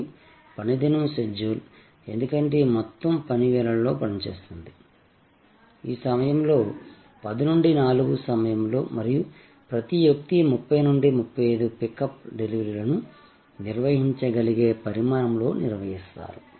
మరియు పనిదినం షెడ్యూల్ ఎందుకంటే ఈ మొత్తం పని వేళల్లో పనిచేస్తుంది ఈ సమయంలో 10 నుండి 4 సమయంలో మరియు ప్రతి వ్యక్తి 30 నుండి 35 పికప్ డెలివరీలను నిర్వహించగలిగే పరిమాణంలో నిర్వహిస్తారు